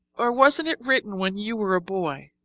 or wasn't it written when you were a boy?